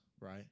right